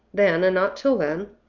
then, and not till then,